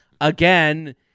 again